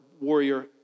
warrior